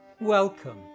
Welcome